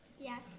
Yes